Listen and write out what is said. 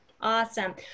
Awesome